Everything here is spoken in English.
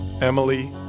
Emily